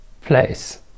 place